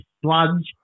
sludge